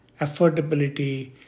Affordability